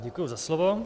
Děkuji za slovo.